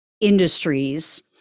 industries